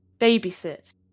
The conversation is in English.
babysit